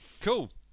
cool